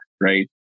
right